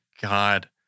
god